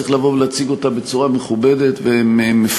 צריך לבוא ולהציג אותה בצורה מכובדת ומפורטת.